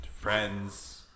friends